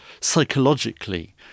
psychologically